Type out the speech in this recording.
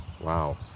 wow